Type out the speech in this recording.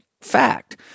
fact